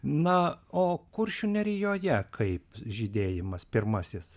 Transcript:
na o kuršių nerijoje kaip žydėjimas pirmasis